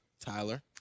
tyler